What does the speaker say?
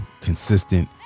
consistent